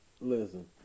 Listen